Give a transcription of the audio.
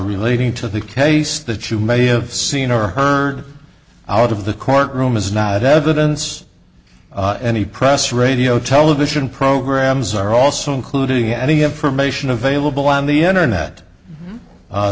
relating to the case that you may have seen or heard out of the court room is not evidence any press radio television programs are also including the information available on the internet